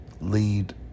lead